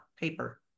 paper